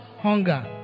hunger